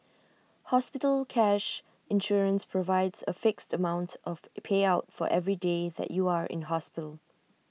hospital cash insurance provides A fixed amount of payout for every day that you are in hospital